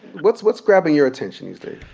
what's what's grabbing your attention these days?